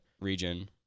region